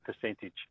percentage